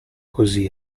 così